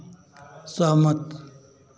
सहमत